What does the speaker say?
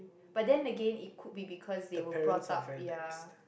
but then again it could be because they were brought up yeah